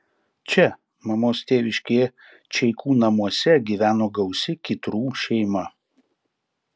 čia mamos tėviškėje čeikų namuose gyveno gausi kytrų šeima